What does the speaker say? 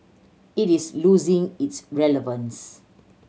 it is losing its relevance